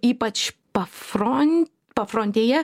ypač pafron pafrontėje